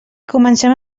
comencem